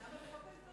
למה בחוק ההסדרים?